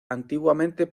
antiguamente